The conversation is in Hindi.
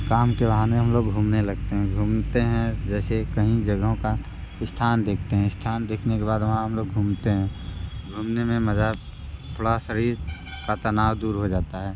काम के बहाने हम लोग घूमने लगते हैं घूमते हैं जैसे कहीं जगहों का स्थान देखते हैं स्थान देखने के बाद वहाँ हम लोग घूमते हैं घूमने में मज़ा थोड़ा शरीर का तनाव दूर हो जाता है